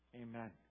Amen